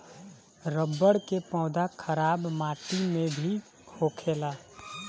रबड़ के पौधा खराब माटी में भी होखेला